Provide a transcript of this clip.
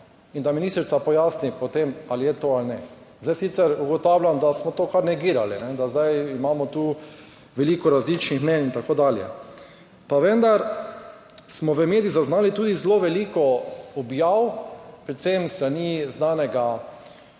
in da ministrica pojasni potem ali je to ali ne. Zdaj sicer ugotavljam, da smo to kar negirali, da zdaj imamo tu veliko različnih mnenj in tako dalje. Pa vendar smo v medijih zaznali tudi zelo veliko objav predvsem s strani znanega